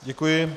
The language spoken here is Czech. Děkuji.